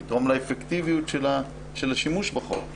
זה יגרום לאפקטיביות השימוש בחוק.